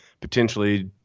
potentially